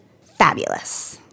Fabulous